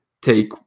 take